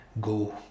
go